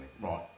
Right